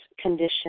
condition